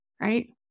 right